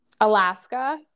alaska